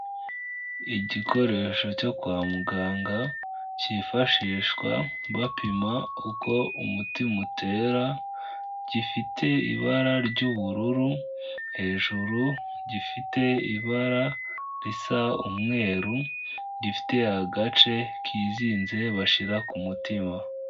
Igikoresho cyo kwa muganga cyifashishwa bapima uko umutima utera, gifite ibara ry'ubururu hejuru gifite ibara risa umweru, gifite agace kizinze bashyira ku mutima.